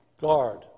guard